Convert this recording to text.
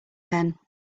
pen